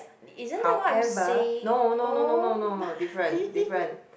however no no no no no no different different